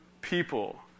people